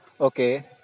okay